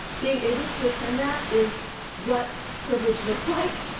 being able to attend that is what privilege looks like.